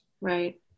Right